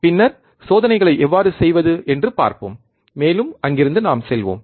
பின்னர் சோதனைகளை எவ்வாறு செய்வது என்று பார்ப்போம் மேலும் அங்கிருந்து நாம் செல்வோம்